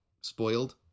spoiled